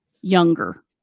younger